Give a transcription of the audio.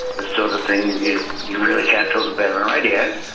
the sort of thing you you really can't talk about on radio.